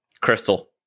Crystal